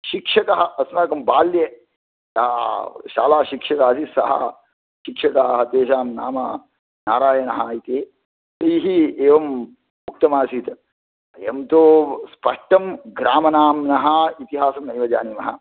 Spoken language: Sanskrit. शिक्षकः अस्माकं बाल्ये शालाशिक्षकः आसीत् सः शिक्षकः तेषां नाम नारायणः इति तैः एवम् उक्तमासीत् वयं तु स्पष्टं ग्रामनाम्नः इतिहासं नैव जानीमः